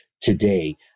today